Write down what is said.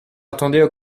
attendaient